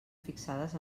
fixades